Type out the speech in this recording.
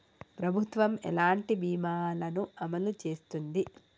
ప్రభుత్వం ఎలాంటి బీమా ల ను అమలు చేస్తుంది?